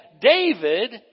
David